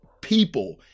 people